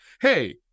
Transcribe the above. hey